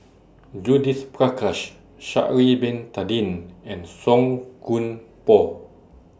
Judith Prakash Sha'Ari Bin Tadin and Song Koon Poh